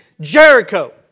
Jericho